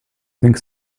think